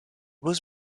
was